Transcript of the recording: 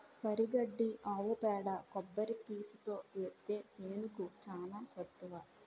వరి గడ్డి ఆవు పేడ కొబ్బరి పీసుతో ఏత్తే సేనుకి చానా సత్తువ